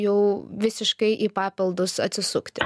jau visiškai į papildus atsisukti